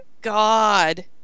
God